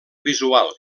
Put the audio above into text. visual